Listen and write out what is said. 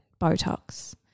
Botox